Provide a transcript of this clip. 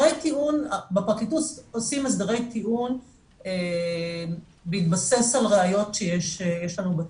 בפרקליטות עושים הסדרי טיעון בהתבסס על ראיות שיש לנו בתיק.